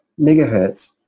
megahertz